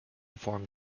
formed